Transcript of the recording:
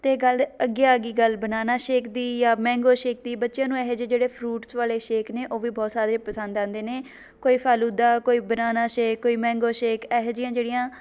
ਅਤੇ ਗੱਲ ਅੱਗੇ ਆ ਗਈ ਗੱਲ ਬਨਾਨਾ ਸ਼ੇਕ ਦੀ ਯਾ ਮੈਂਗੋ ਸ਼ੇਕ ਦੀ ਬੱਚਿਆਂ ਨੂੰ ਇਹੋ ਜਿਹੇ ਜਿਹੜੇ ਫਰੂਟਸ ਵਾਲੇ ਸ਼ੇਕ ਨੇ ਉਹ ਵੀ ਬਹੁਤ ਸਾਰੇ ਪਸੰਦ ਆਉਂਦੇ ਨੇ ਕੋਈ ਫੈਲੂਦਾ ਕੋਈ ਬਨਾਨਾ ਸ਼ੇਕ ਕੋਈ ਮੈਂਗੋ ਸ਼ੇਕ ਇਹੋ ਜਿਹੀਆਂ ਜਿਹੜੀਆਂ